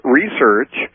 research